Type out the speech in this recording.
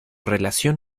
relación